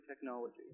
technology